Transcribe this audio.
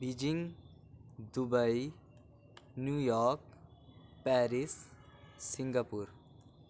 Beijing Dubai New York Paris Singapore